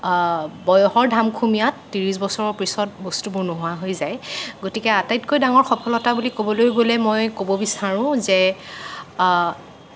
বয়সৰ ধামখুমীয়াত ত্ৰিছ বছৰৰ পিছত বস্তুবোৰ নোহোৱা হৈ যায় গতিকে আটাইতকৈ ডাঙৰ সফলতা বুলি ক'বলৈ গ'লে মই ক'ব বিচাৰোঁ যে